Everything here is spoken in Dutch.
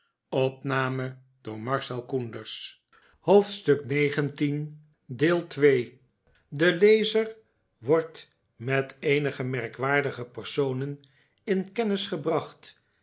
de lezer wordt met eenige merkwaardige personen in kennis gebracftt